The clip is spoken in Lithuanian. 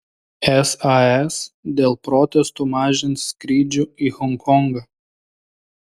sas dėl protestų mažins skrydžių į honkongą